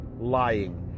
lying